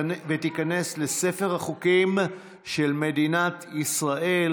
ותיכנס לספר החוקים של מדינת ישראל.